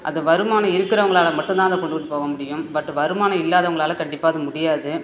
அது வருமானம் இருக்கிறவுங்களால மட்டும் தான் அந்த கொண்டுகிட்டு போக முடியும் பட் வருமானம் இல்லாதவங்களால கண்டிப்பாக அது முடியாது